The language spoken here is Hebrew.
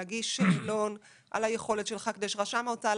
להגיש שאלון על היכולת שלך כדי שרשם ההוצאה